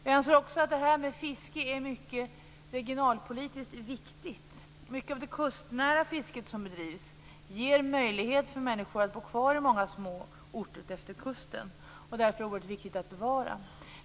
Vi anser också att fisket är en mycket viktig regionalpolitisk fråga. Mycket av det kustnära fiske som bedrivs ger möjlighet för människor att bo kvar på små orter efter kusten, och det är därför oerhört viktigt att bevara.